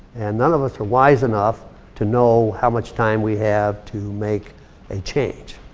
and none of us are wise enough to know how much time we have to make a change.